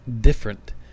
different